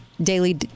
daily